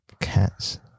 Cats